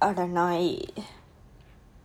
அடநாய்:ada naai